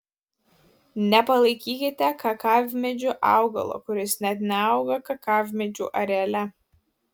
nepalaikykite kakavmedžiu augalo kuris net neauga kakavmedžių areale